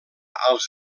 als